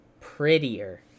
prettier